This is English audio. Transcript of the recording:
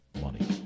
money